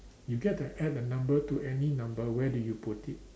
you get to add the number to any number where do you put it